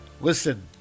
Listen